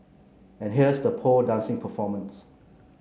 and here's the pole dancing performance